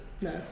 No